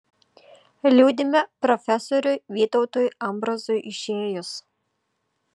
liūdime profesoriui vytautui ambrazui išėjus